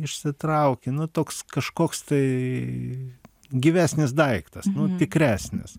išsitrauki nu toks kažkoks tai gyvesnis daiktas tikresnis